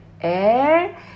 air